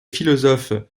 philosophes